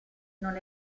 non